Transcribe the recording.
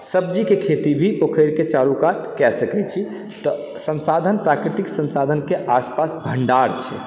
सब्जीके खेती भी पोखैरके चारु कात कए सकै छी तऽ संसाधन प्राकृतिक संसाधनके आसपास भण्डार छै